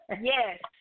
Yes